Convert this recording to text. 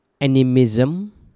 animism